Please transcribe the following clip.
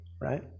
Right